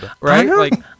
right